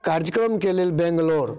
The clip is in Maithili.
कार्यक्रमके लेल बैंगलोर